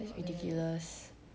that's ridiculous